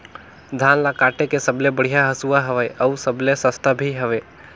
धान ल काटे के सबले बढ़िया हंसुवा हवये? अउ सबले सस्ता भी हवे?